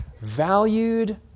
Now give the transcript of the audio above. valued